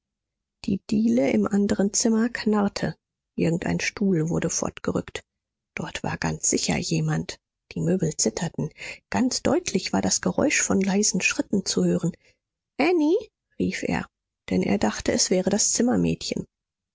die diele im anderen zimmer knarrte irgendein stuhl wurde fortgerückt dort war ganz sicher jemand die möbel zitterten ganz deutlich war das geräusch von leisen schritten zu hören annie rief er denn er dachte es wäre das zimmermädchen